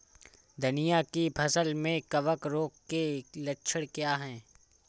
धनिया की फसल में कवक रोग के लक्षण क्या है?